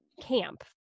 camp